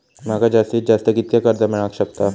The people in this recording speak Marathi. माका जास्तीत जास्त कितक्या कर्ज मेलाक शकता?